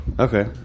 Okay